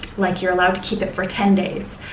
like you're allowed to keep it for ten days,